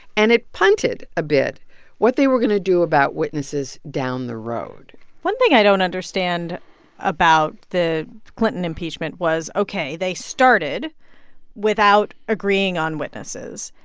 and it punted a bit what they were going to do about witnesses down the road one thing i don't understand about the clinton impeachment was, ok, they started without agreeing on witnesses.